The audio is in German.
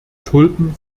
tulpen